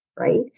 right